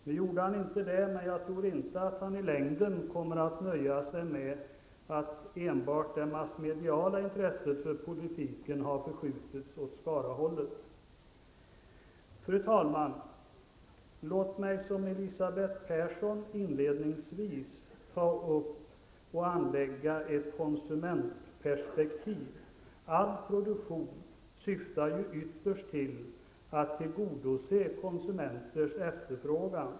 Nu gjorde han inte det, men jag tror inte att han i längden kommer att nöja sig med att enbart det massmediala intresset för politiken har förskjutits åt Skarahållet. Fru talman! Låt mig, i likhet med Elisabeth Persson, inledningsvis anlägga ett konsumentperspektiv. All produktion syftar ju ytterst till att tillgodose konsumenters efterfrågan.